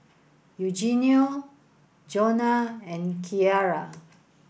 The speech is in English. Eugenio Johnna and Keara